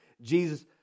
Jesus